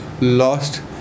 lost